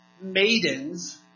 maidens